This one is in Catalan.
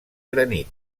granit